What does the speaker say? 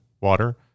Water